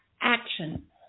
action